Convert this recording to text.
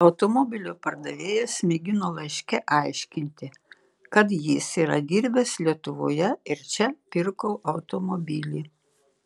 automobilio pardavėjas mėgino laiške aiškinti kad jis yra dirbęs lietuvoje ir čia pirko automobilį